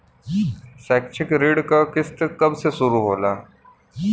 शैक्षिक ऋण क किस्त कब से शुरू होला?